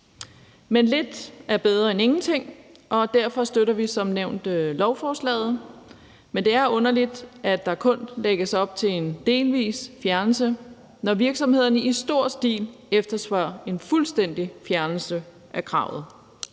Men lidt er bedre end ingenting, og derfor støtter vi som nævnt lovforslaget. Men det er underligt, at der kun lægges op til en delvis fjernelse, når virksomhederne i stor stil efterspørger en fuldstændig fjernelse af kravet.